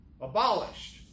Abolished